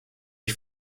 ich